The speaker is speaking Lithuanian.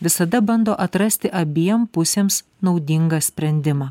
visada bando atrasti abiem pusėms naudingą sprendimą